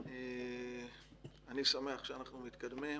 אני שמח שאנחנו מתקדמים.